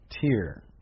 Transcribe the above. tier